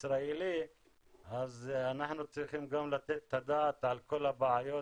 ישראלי אז אנחנו צריכים גם לתת את הדעת על כל הבעיות